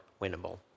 winnable